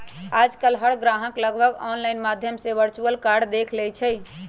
आजकल हर ग्राहक लगभग ऑनलाइन माध्यम से वर्चुअल कार्ड देख लेई छई